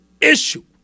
issue